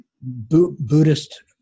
buddhist